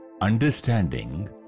understanding